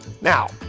Now